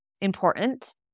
Important